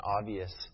obvious